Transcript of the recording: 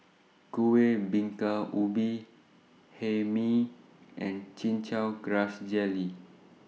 Kueh Bingka Ubi Hae Mee and Chin Chow Grass Jelly